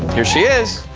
here she is.